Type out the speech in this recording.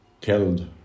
killed